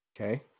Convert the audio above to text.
Okay